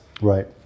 Right